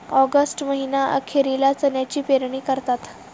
August महीना अखेरीला चण्याची पेरणी करतात